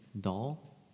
doll